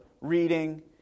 reading